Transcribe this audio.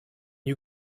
you